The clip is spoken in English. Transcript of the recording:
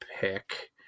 pick